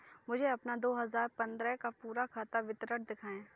मुझे अपना दो हजार पन्द्रह का पूरा खाता विवरण दिखाएँ?